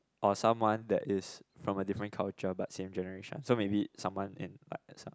or someone that's from a different culture but same generation so maybe someone in like some